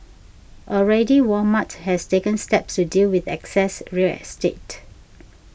already Walmart has taken steps to deal with excess real estate